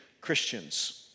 Christians